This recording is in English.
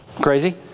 crazy